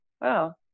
Wow